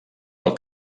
del